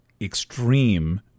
extreme